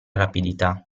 rapidità